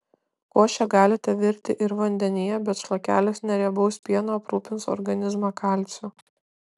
košę galite virti ir vandenyje bet šlakelis neriebaus pieno aprūpins organizmą kalciu